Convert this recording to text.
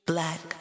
Black